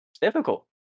Difficult